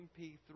MP3